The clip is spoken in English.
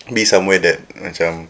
meet somewhere that macam